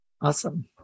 awesome